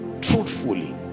Truthfully